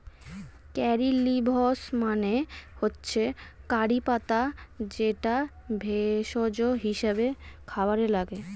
কারী leaves মানে হচ্ছে curry পাতা যেটা ভেষজ হিসেবে খাবারে লাগে